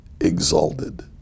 exalted